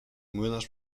młynarz